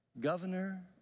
governor